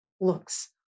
looks